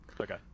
okay